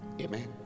Amen